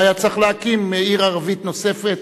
והיה צריך להקים עיר ערבית נוספת,